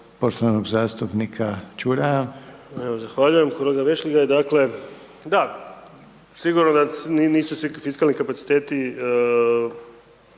**Čuraj, Stjepan (HNS)** Zahvaljujem kolega Vešligaj. Dakle, da, sigurno da nisu svi fiskalni kapaciteti